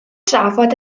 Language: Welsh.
drafod